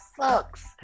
sucks